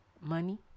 Money